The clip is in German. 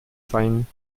sein